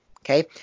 Okay